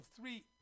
three